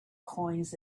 coins